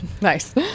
nice